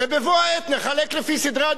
ובבוא העת נחלק לפי סדרי עדיפויות.